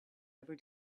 ever